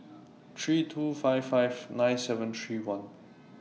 three two five five nine seven three one